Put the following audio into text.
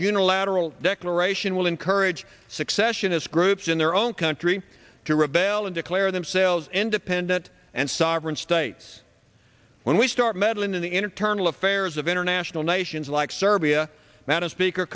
unilateral declaration will encourage succession this groups in their own country to rebel and declare themselves independent and sovereign states when we start meddling in the internal of errors of international nations like serbia madam speaker